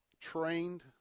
trained